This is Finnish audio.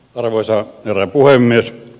arvoisa herra puhemies